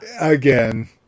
again